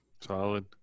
Solid